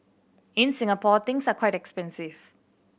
in Singapore things are quite expensive